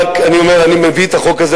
אני אומר: אני מביא את החוק הזה,